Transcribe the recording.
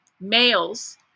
males